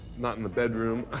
not in the bedroom.